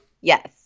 Yes